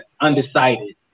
undecided